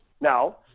now